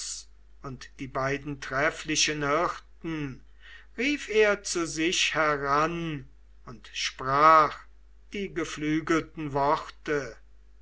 und die beiden trefflichen hirten rief er zu sich heran und sprach die geflügelten worte